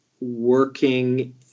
working